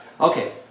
Okay